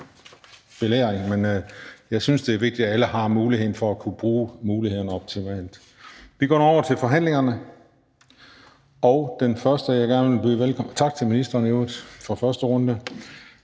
belæring, men jeg synes, det er vigtigt, at alle har muligheden for at kunne bruge mulighederne optimalt. Vi går nu over til forhandlingerne – tak til ministeren i øvrigt, for første runde